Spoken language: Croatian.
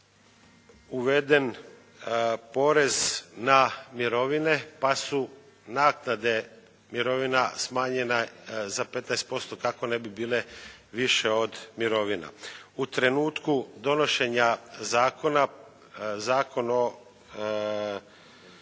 uveden porez na mirovine, pa su naknade mirovina smanjenja za 15% kako ne bi bile više od mirovina. U trenutku donošenje Zakona Zakon o